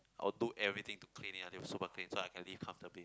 I would do everything to clean it until super clean so I can live comfortably